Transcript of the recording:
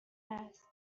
است